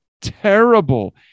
terrible